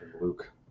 Luke